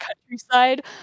Countryside